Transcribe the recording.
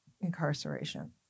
incarceration